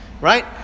right